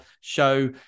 show